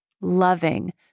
loving